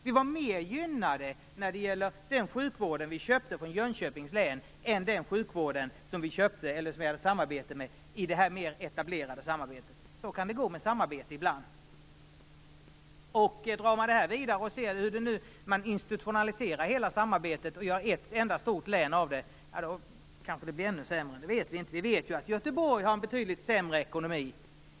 Vi var mer gynnade när det gäller den sjukvård vi köpte från Jönköpings län än när det gäller den sjukvård som vi samarbetade om i det mer etablerade samarbetet. Så kan det gå med samarbete ibland. Går man vidare med detta och ser hur man institutionaliserar hela samarbetet och gör ett enda stort län blir det kanske ännu sämre. Det vet vi inte. Vi vet ju att Göteborg har en betydligt sämre ekonomi.